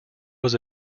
was